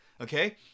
Okay